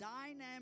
dynamic